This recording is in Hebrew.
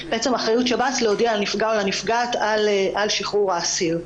אחריות שב"ס להודיע לנפגע או לנפגעת על שחרור האסיר.